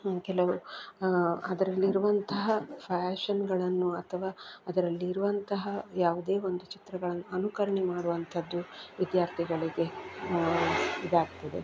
ಕೆಲವು ಅದರಲ್ಲಿರುವಂತಹ ಫ್ಯಾಷನ್ಗಳನ್ನು ಅಥವಾ ಅದರಲ್ಲಿರುವಂತಹ ಯಾವುದೇ ಒಂದು ಚಿತ್ರಗಳನ್ನು ಅನುಕರಣೆ ಮಾಡುವಂಥದ್ದು ವಿದ್ಯಾರ್ಥಿಗಳಿಗೆ ಇದಾಗ್ತದೆ